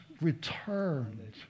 returned